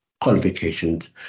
qualifications